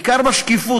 בעיקר שקיפות.